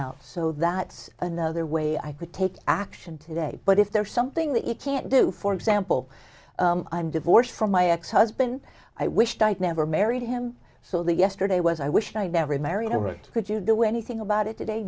out so that another way i could take action today but if there's something that you can't do for example i'm divorced from my ex husband i wished i'd never married him so the yesterday was i wish i'd never remarried i would could you do anything about it today